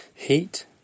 Heat